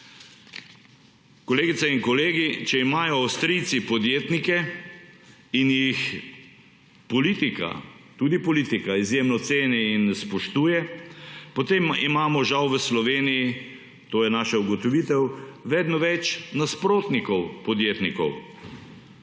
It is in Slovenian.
Kolegice in kolegi, če imajo Avstrijci podjetnike in jih tudi politika izjemno ceni in spoštuje, potem imamo žal v Sloveniji, to je naša ugotovitev, vedno več nasprotnikov podjetnikov.